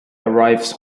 arrives